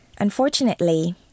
Unfortunately